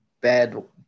bad